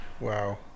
Wow